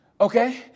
Okay